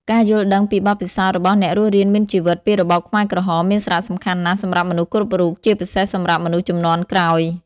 ការយល់ដឹងពីបទពិសោធន៍របស់អ្នករស់រានមានជីវិតពីរបបខ្មែរក្រហមមានសារៈសំខាន់ណាស់សម្រាប់មនុស្សគ្រប់រូប ជាពិសេសសម្រាប់មនុស្សជំនាន់ក្រោយ។